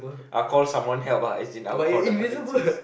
I'll call someone help lah as in I will call the contacts list